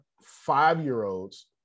five-year-olds